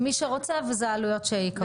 מי שרוצה, ואלה עלויות שייקבעו.